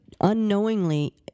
unknowingly